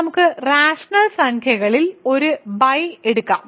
നമുക്ക് റാഷണൽ സംഖ്യകളിൽ ഒരു ബൈ എടുക്കാം